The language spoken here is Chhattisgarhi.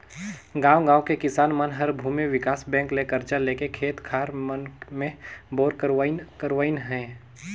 गांव गांव के किसान मन हर भूमि विकास बेंक ले करजा लेके खेत खार मन मे बोर करवाइन करवाइन हें